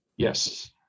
Yes